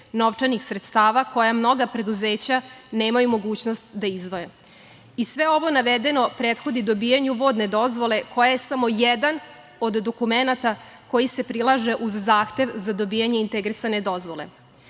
novčanih sredstava koja mnoga preduzeća nemaju mogućnost da izdvoje. Sve ovo navedeno prethodi dobijanju vodne dozvole koja je samo jedan od dokumenata koji se prilaže uz zahtev za dobijanje integrisane dozvole. Vrste